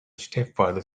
stepfather